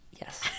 Yes